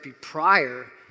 prior